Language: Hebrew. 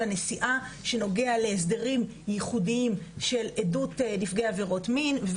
הנסיעה שנוגע להסדרים ייחודיים של עדות נפגעי עבירות מין.